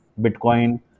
Bitcoin